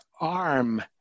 arm